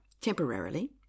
temporarily